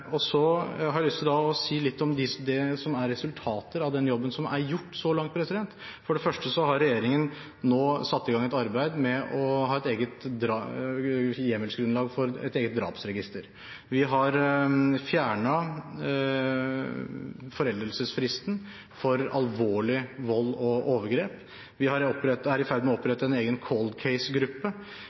har jeg lyst til å si litt om det som er resultater av den jobben som er gjort så langt. For det første har regjeringen nå satt i gang et arbeid med å få hjemmelsgrunnlag for et eget drapsregister. Vi har fjernet foreldelsesfristen for alvorlig vold og overgrep. Vi er i ferd med å opprette en egen